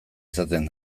izaten